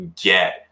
get